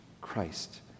Christ